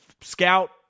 scout